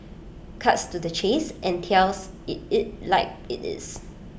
cuts to the chase and tells IT it like IT is